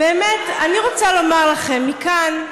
באמת אני רוצה לומר לכם מכאן: